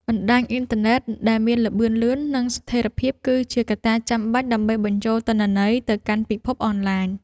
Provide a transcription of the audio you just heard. បណ្តាញអ៊ីនធឺណិតដែលមានល្បឿនលឿន និងស្ថិរភាព គឺជាកត្តាចាំបាច់ដើម្បីបញ្ចូលទិន្នន័យទៅកាន់ពិភពអនឡាញ។